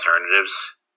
alternatives